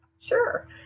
Sure